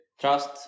trust